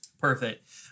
Perfect